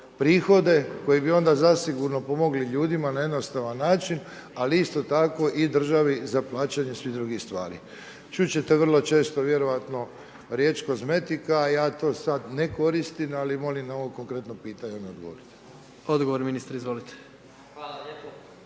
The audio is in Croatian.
prihode koji bi onda zasigurno pomogli ljudima na jednostavan način ali isto tako i državi za plaćanje svih drugih stvari. Čut ćete vrlo često vjerojatno riječ kozmetika, ja to sad ne koristim ali molim na ovo konkretno pitanje odgovor. **Jandroković, Gordan (HDZ)** Odgovor